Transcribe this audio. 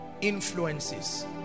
influences